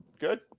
good